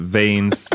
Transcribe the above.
veins